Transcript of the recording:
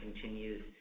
continues